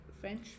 French